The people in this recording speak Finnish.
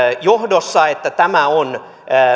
johdossa että tämä on